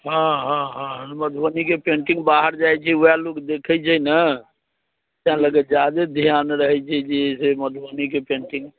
हँ हँ हँ मधुबनीके पेन्टिङ्ग बाहर जाइत छै ओएह लोक देखैत छै ने ताहि लऽ के जादे ध्यान रहै छै से मधुबनीके पेन्टिङ्ग